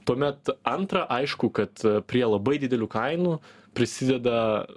tuomet antra aišku kad prie labai didelių kainų prisideda